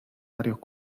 varios